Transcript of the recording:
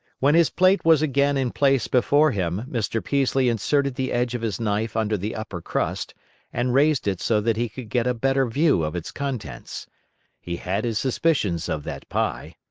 when his plate was again in place before him, mr. peaslee inserted the edge of his knife under the upper crust and raised it so that he could get a better view of its contents he had his suspicions of that pie.